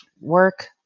work